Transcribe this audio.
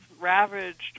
ravaged